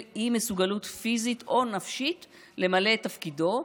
אי-מסוגלות פיזית או נפשית למלא את תפקידו,